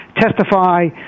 testify